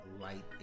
Light